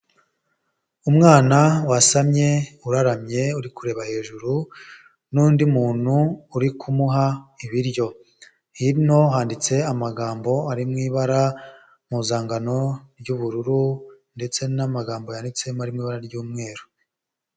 Umwana wasamye uraramye uri kureba hejuru n'undi muntu uri kumuha ibiryo, hino handitse amagambo ari mu ibara mpuzangano ry'ubururu ndetse n'amagambo yanditsemo ari mu ibara ry'umweru.